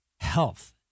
health